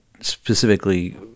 specifically